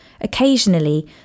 Occasionally